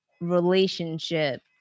relationship